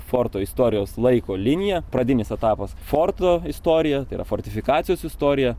forto istorijos laiko liniją pradinis etapas forto istorija tai yra fortifikacijos istorija